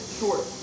short